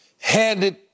handed